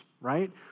right